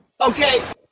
Okay